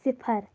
صِفر